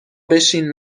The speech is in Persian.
بشین